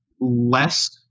less